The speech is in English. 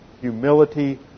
humility